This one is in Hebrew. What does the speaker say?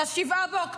את 7 באוקטובר.